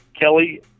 Kelly